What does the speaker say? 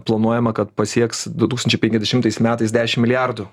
planuojama kad pasieks du tūkstančiai penkiasdešimtais metais dešimt milijardų